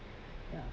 ya